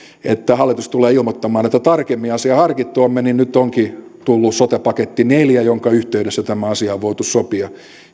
että hallitus tulee ilmoittamaan että tarkemmin asiaa harkittuamme nyt onkin tullut sote paketti neljä jonka yhteydessä tämä asia on voitu sopia